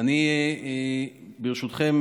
ברשותכם,